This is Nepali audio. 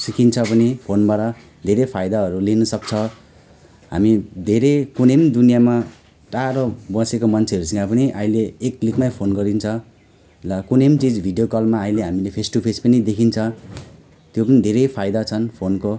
सिकिन्छ पनि फोनबाट धेरै फाइदाहरू लिनु सक्छ हामी धेरै कुनै पनि दुनियाँमा टाढो बसेको मान्छेहरूसित पनि अहिले एकछिनमा फोन गरिन्छ र कुनै पनि चिज भिडियो कलमा अहिले हामीले फेस टु फेस पनि देखिन्छ त्यो पनि धेरै फाइदा छन् फोनको